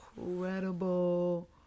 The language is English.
incredible